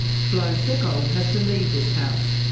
flo seckold has to leave this house.